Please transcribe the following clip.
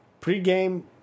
pregame